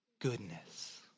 goodness